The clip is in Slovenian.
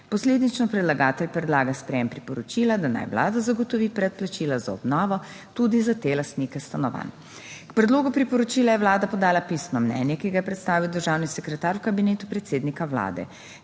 Posledično predlagatelj predlaga sprejem priporočila, da naj Vlada zagotovi predplačila za obnovo tudi za te lastnike stanovanj. K predlogu priporočila je Vlada podala pisno mnenje, ki ga je predstavil državni sekretar v Kabinetu predsednika Vlade.